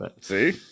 See